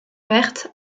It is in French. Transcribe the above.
verte